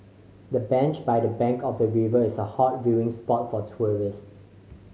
the bench by the bank of the river is a hot viewing spot for tourists